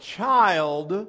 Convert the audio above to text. child